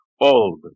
old